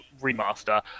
remaster